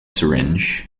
syringe